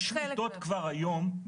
יש מיטות כבר היום,